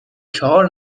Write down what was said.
چهار